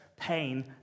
pain